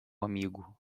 amigo